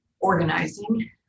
organizing